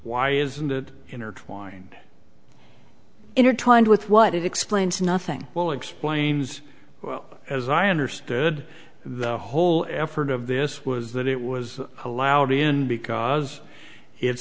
why isn't it intertwined intertwined with what it explains nothing well explains well as i understood the whole effort of this was that it was allowed in because